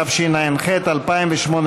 התשע"ח 2018,